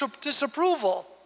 disapproval